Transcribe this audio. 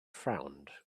frowned